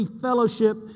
fellowship